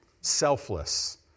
selfless